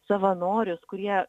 savanorius kurie